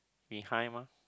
behind mah